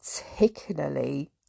particularly